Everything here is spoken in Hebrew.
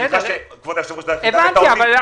שהסמכות היתה בידינו, הייתי עכשיו